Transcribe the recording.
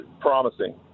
promising